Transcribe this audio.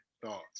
thoughts